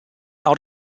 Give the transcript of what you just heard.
out